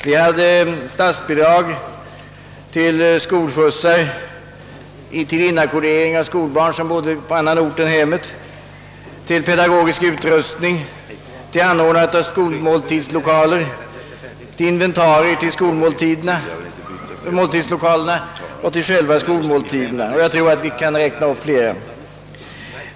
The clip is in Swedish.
Vi hade statsbidrag till skolskjutsar, till inackordering av skolbarn som bodde på annan ort än hemorten, till pedagogisk utrustning, till anordnande av skolmåltidslokaler, till inventarier i skolmåltidslokalerna och till själva skolmåltiderna — jag tror att vi skulle kunna räkna upp fler bidrag.